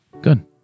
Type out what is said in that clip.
Good